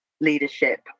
leadership